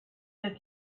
that